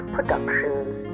Productions